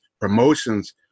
promotions